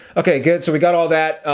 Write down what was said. okay good. so we got all that.